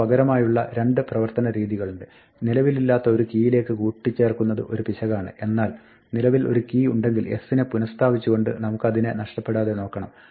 നമുക്ക് പകരമായുള്ള രണ്ട് പ്രവർത്തന രീതികളുണ്ട് നിലവിലില്ലാത്ത ഒരു കീയിലേക്ക് കൂട്ടിച്ചേർക്കുന്നത് ഒരു പിശകാണ് എന്നാൽ നിലവിൽ ഒരു കീ ഉണ്ടെങ്കിൽ s നെ പുനസ്ഥാപിച്ചുകൊണ്ട് അത് നമുക്ക് നഷ്ടപ്പെടാതെ നോക്കണം